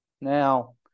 Now